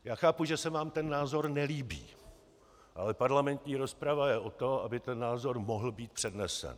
Já chápu, že se vám ten názor nelíbí, ale parlamentní rozprava je od toho, aby ten názor mohl být přednesen.